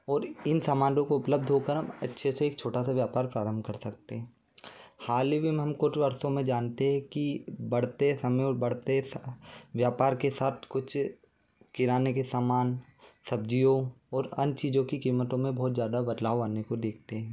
और इन सामानों को उपलब्ध होकर अच्छे से एक छोटा सा व्यपार प्रारम्भ कर सकते हैं हाल ही में हम कुछ वर्षों में जानते हैं कि बढ़ते समय और बढ़ते व्यापार के साथ कुछ किराने के सामान सब्ज़ियों ओर अन चीज़ों की कीमतों में बहुत ज़्यादा बदलाव आने को देखते हैं